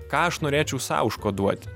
ką aš norėčiau sau užkoduot